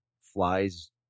flies